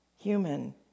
human